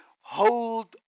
hold